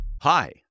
Hi